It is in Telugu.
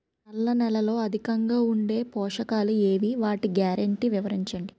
నల్ల నేలలో అధికంగా ఉండే పోషకాలు ఏవి? వాటి గ్యారంటీ వివరించండి?